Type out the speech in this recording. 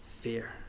fear